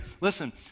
Listen